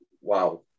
wow